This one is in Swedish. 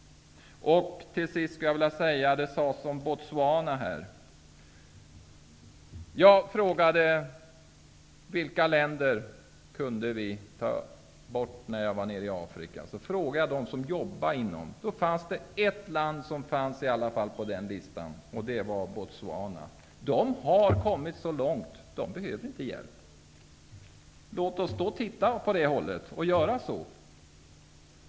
Till sist skulle jag vilja ta upp Botswana, som har nämnts. När jag var nere i Afrika frågade jag dem som jobbade där vilka länder som vi kunde ta bort från biståndet. Det fanns ett land på den listan, och det var Botswana. Där har man kommit så långt att man inte behöver hjälp. Låt oss titta åt det hållet och göra så!